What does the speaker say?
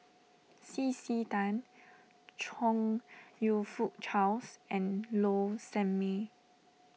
C C Tan Chong You Fook Charles and Low Sanmay